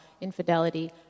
infidelity